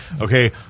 okay